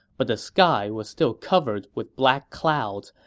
but the sky was still covered with black clouds,